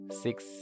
six